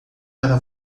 para